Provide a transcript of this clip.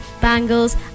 bangles